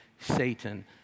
Satan